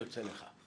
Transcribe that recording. יוצא לך,